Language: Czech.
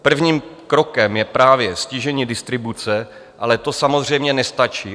Prvním krokem je právě ztížení distribuce, ale to samozřejmě nestačí.